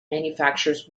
manufactures